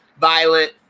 violent